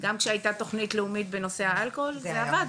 גם שהייתה תוכנית לאומית בנושא האלכוהול זה עבד.